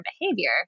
behavior